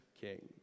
king